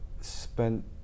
spent